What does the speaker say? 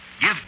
Give